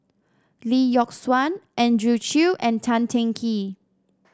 Lee Yock Suan Andrew Chew and Tan Teng Kee